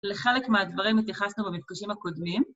לחלק מהדברים התייחסנו במפגשים הקודמים.